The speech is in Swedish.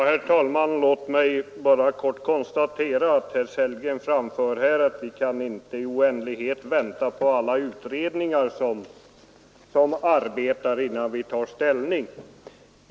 Herr talman! Herr Sellgren säger att vi inte kan vänta i oändlighet på alla utredningar som arbetar innan vi tar ställning.